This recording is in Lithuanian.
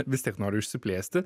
vis tiek noriu išsiplėsti